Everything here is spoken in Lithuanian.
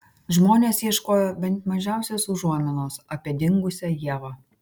žmonės ieškojo bent mažiausios užuominos apie dingusią ievą